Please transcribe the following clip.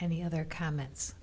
any other comments